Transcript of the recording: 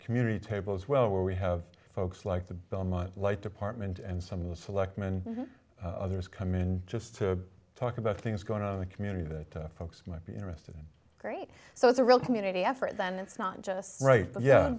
community table as well where we have folks like the belmont light department and some of the selectmen others come in just to talk about things going on in the community that folks might be interested in great so it's a real community effort than it's not just right yeah